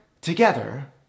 together